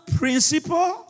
principle